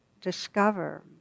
discover